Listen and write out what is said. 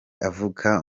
avuka